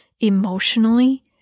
emotionally